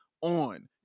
on